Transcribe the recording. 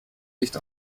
nicht